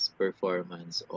performance